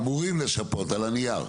אמורים לשפות, זה על הנייר.